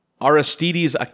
Aristides